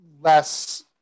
less